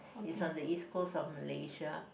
it's on the East Coast of Malaysia